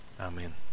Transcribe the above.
Amen